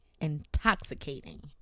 intoxicating